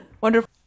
wonderful